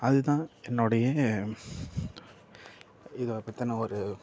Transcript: அது தான் என்னுடைய இதை பற்றின ஒரு